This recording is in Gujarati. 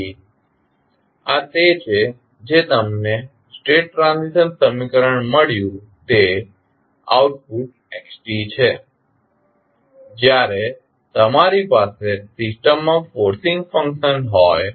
તેથી આ તે છે જે તમને સ્ટેટ ટ્રાન્ઝિશન સમીકરણ મળ્યું તે આઉટપુટ xt છે જ્યારે તમારી પાસે સિસ્ટમમાં ફોર્સિંગ ફંકશન હોય